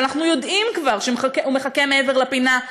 אבל אנחנו יודעים כבר שהוא מחכה מעבר לפינה,